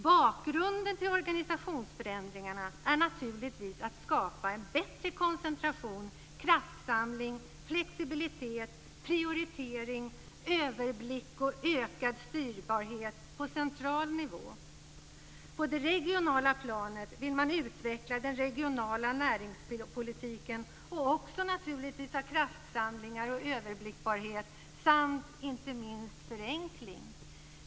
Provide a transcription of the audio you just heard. Bakgrunden till organisationsförändringarna är naturligtvis att skapa bättre koncentration, kraftsamling, flexibilitet, prioritering, överblick och ökad styrbarhet på central nivå. På det regionala planet vill man utveckla den regionala näringspolitiken, ha en kraftsamling och överblickbarhet samt, inte minst, förenkling.